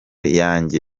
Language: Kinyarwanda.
yanjye